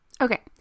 Okay